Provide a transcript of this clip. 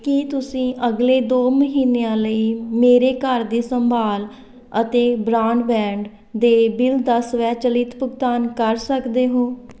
ਕੀ ਤੁਸੀਂਂ ਅਗਲੇ ਦੋ ਮਹੀਨਿਆਂ ਲਈ ਮੇਰੇ ਘਰ ਦੀ ਸੰਭਾਲ ਅਤੇ ਬਰਾਡਬੈਂਡ ਦੇ ਬਿੱਲ ਦਾ ਸਵੈਚਲਿਤ ਭੁਗਤਾਨ ਕਰ ਸਕਦੇ ਹੋ